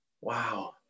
Wow